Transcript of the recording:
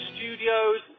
Studios